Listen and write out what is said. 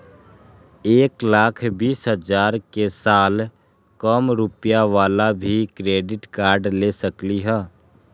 एक लाख बीस हजार के साल कम रुपयावाला भी क्रेडिट कार्ड ले सकली ह?